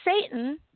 Satan